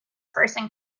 person